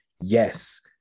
yes